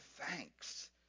thanks